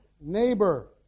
neighbor